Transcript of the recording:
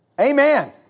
Amen